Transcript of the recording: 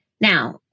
Now